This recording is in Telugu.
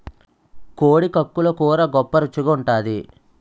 కోడి కక్కలు కూర గొప్ప రుచి గుంటాది